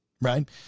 right